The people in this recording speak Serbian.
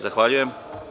Zahvaljujem.